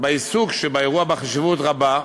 בעיסוק באירוע חשיבות רבה,